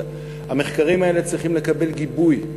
המחקרים האלה צריכים לקבל גיבוי.